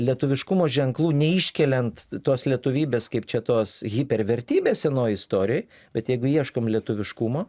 lietuviškumo ženklų neiškeliant tos lietuvybės kaip čia tos hiper vertybės senoj istorijoj bet jeigu ieškom lietuviškumo